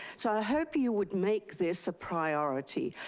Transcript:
so i hope you would make this a priority.